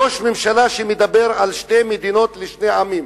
ראש ממשלה שמדבר על שתי מדינות לשני עמים,